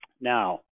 Now